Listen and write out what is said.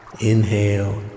Inhale